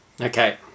Okay